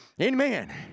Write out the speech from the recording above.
Amen